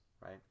Right